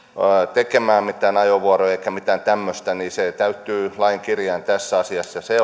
tekemään mitään ajovuoroja eikä mitään tämmöistä niin täyttyy lain kirjain tässä asiassa se